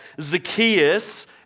Zacchaeus